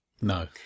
No